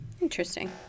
Interesting